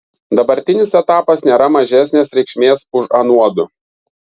dabartinis etapas nėra mažesnės reikšmės už anuodu